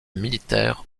militaire